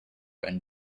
and